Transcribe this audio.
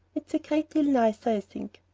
it's a great deal nicer, i think.